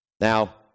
Now